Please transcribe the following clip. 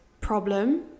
problem